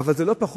איפה ההערכה שלנו,